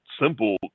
simple